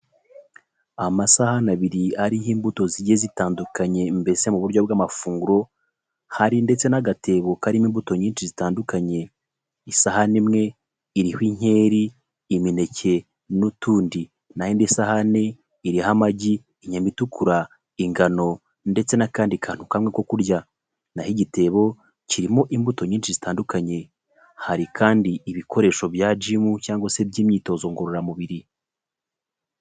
Amasahani abiri ariho imbuto zigiye zitandukanye mbese mu buryo bw'amafunguro. Hari ndetse n'agatebo karimo imbuto nyinshi zitandukanye. Isahani imwe iriho: Inkeri, imineke, n'utundi. Naho indi sahani iriho: Amagi, inyama itukura, ingano, ndetse n'akandi kantu kamwe ko kurya. Naho igitebo kirimo imbuto nyinshi zitandukanye. Hari kandi ibikoresho bya gym cyangwa se by'imyitozo ngororamubiri.